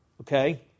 Okay